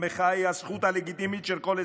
המחאה היא הזכות הלגיטימית של כל אזרח.